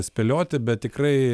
spėlioti bet tikrai